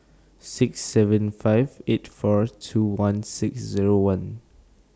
six seven five eight four two one six Zero one